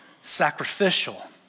sacrificial